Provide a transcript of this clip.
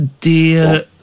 Dear